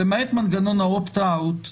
שלמעט מנגנון ה"אופט-אאוט",